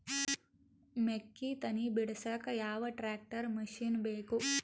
ಮೆಕ್ಕಿ ತನಿ ಬಿಡಸಕ್ ಯಾವ ಟ್ರ್ಯಾಕ್ಟರ್ ಮಶಿನ ಬೇಕು?